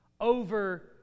over